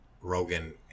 Rogan